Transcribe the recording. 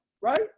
right